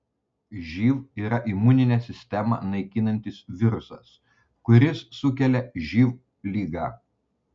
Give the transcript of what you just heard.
živ yra imuninę sistemą naikinantis virusas kuris sukelia živ ligą